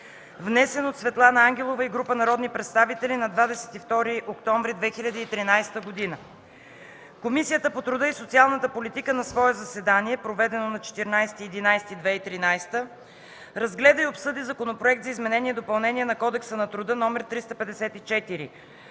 внесен от Светлана Ангелова и група народни представители на 22 октомври 2013 г. Комисията по труда и социалната политика на свое заседание, проведено на 14 ноември 2013 г., разгледа и обсъди Законопроект за изменение и допълнение на Кодекса на труда,